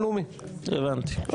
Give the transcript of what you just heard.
אמרתי לוועדה המשותפת של ועדת החוקה,